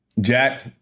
Jack